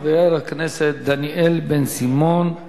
חבר הכנסת דניאל בן-סימון,